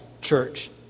church